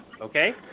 okay